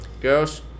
girls